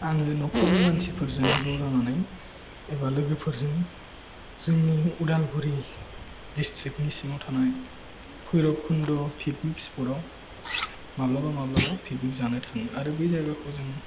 आङो न'खरनि मानसिफोरजों ज' जानानै एबा लोगोफोरजों जोंनि उदालगुरि डिस्ट्रिक्टनि सिङाव थानाय भैरबकुन्द पिकनिक स्पटआव माब्लाबा माब्लाबा पिकनिक जानो थाङो आरो बे जायगाखौ जों